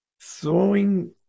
throwing